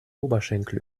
oberschenkel